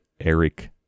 Eric